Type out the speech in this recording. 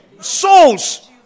Souls